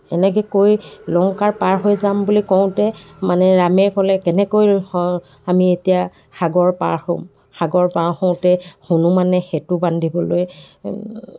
এনেকৈ কৈ লংকাৰ পাৰ হৈ যাম বুলি কওঁতে মানে ৰামে ক'লে কেনেকৈ আমি এতিয়া সাগৰ পাৰ হ'ম সাগৰ পাৰ হওঁতে হনুমান সেতু বান্ধিবলৈ